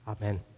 amen